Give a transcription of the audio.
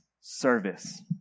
service